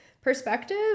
perspective